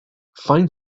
fine